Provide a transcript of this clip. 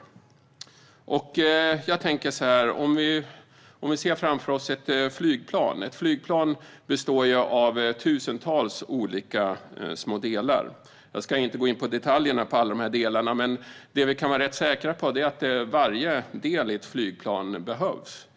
Låt oss jämföra med ett flygplan. Ett flygplan består av tusentals olika små delar. Jag ska inte gå in på detaljerna om alla de här delarna, men det vi kan vara rätt säkra på är att varje del i ett flygplan behövs.